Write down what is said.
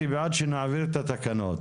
בעד שנעביר את התקנות.